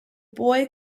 boy